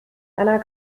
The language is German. einer